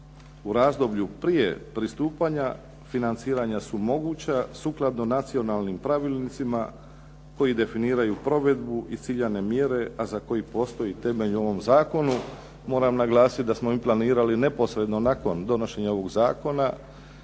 U razdoblju prije pristupanja financiranja su moguća sukladno nacionalnim pravilnicima koji definiraju provedbu i ciljane mjere, a za koji postoji temelj u ovom zakonu. Moram naglasiti da smo mi planirali neposredno nakon donošenja ovog zakona